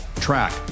track